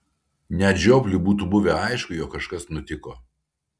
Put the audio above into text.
net žiopliui būtų buvę aišku jog kažkas nutiko